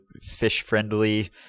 fish-friendly